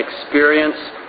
experience